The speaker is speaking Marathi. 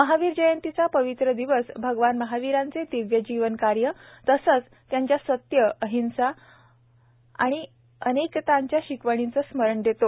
महावीर जयंतीचा पवित्र दिवस भगवान महावीरांचे दिव्य जीवन कार्य तसेच त्यांच्या सत्य अहिंसा अपरिग्रह व अनेकांताच्या शिकवणीचे स्मरण देतो